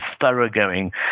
thoroughgoing